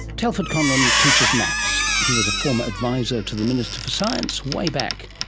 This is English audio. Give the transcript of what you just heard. telford conlon teaches maths. he was a former advisor to the minister for science way back